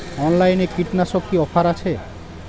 অনলাইনে কীটনাশকে কি অফার আছে?